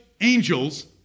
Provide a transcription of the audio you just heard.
angels